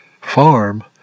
farm